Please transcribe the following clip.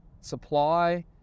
supply